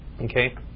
Okay